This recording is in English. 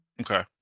Okay